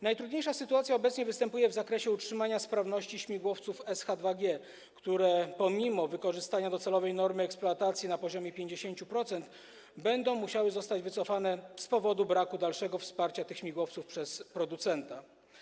Najtrudniejsza sytuacja obecnie występuje w zakresie utrzymania sprawności śmigłowców SH-2G, które pomimo wykorzystania docelowej normy eksploatacji na poziomie 50% będą musiały zostać wycofane z powodu braku dalszego wsparcia tych śmigłowców przez producenta.